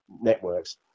networks